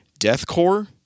Deathcore